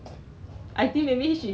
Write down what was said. like 你要 meet up with friends